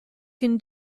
can